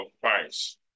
price